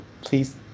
please